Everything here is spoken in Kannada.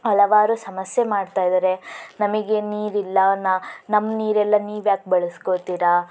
ಹಲವಾರು ಸಮಸ್ಯೆ ಮಾಡ್ತಾಯಿದ್ದಾರೆ ನಮಗೆ ನೀರಿಲ್ಲ ನಾ ನಮ್ಮ ನೀರೆಲ್ಲ ನೀವು ಯಾಕೆ ಬಳಸ್ಕೊಳ್ತೀರಾ